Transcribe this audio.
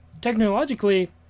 technologically